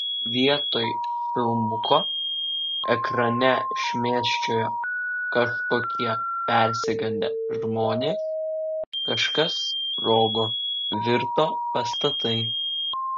vietoj filmuko ekrane šmėsčiojo kažkokie persigandę žmonės kažkas sprogo virto pastatai